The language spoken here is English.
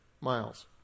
miles